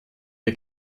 der